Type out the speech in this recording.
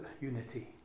unity